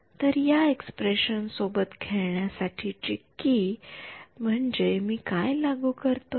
तर या एक्स्प्रेशन सोबत खेळण्यासाठी ची की म्हणजे मी काय लागू करतोय